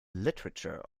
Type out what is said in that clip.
literature